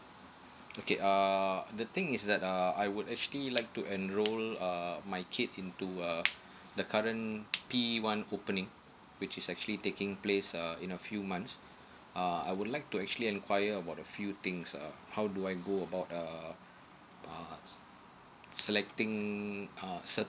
okay err the thing is that uh I would actually like to enroll uh my kid into uh the current p one opening which is actually taking place uh in a few months uh I would like to actually enquire about a few things uh how do I go about uh uh selecting um